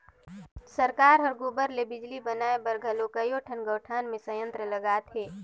सरकार हर गोबर ले बिजली बनाए बर घलो कयोठन गोठान मे संयंत्र लगात हे